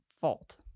fault